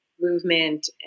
movement